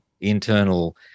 internal